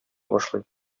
башлый